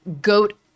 goat